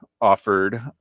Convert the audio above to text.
offered